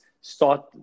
start